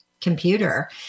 computer